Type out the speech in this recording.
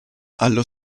allo